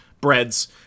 breads